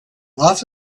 lots